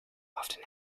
often